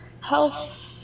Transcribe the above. health